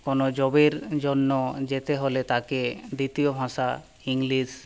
কোনো জবের জন্য যেতে হলে তাকে দ্বিতীয় ভাঁষা ইংলিশ